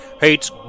hates